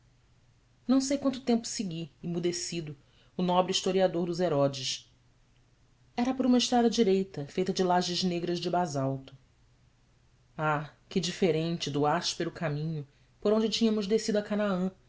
não sei quanto tempo segui emudecido o nobre historiador dos herodes era por uma estrada direita feita de lajes negras de basalto ah que diferente do áspero caminho por onde tínhamos descido a canaã